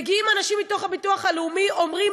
מגיעים אנשים מתוך הביטוח הלאומי ואומרים,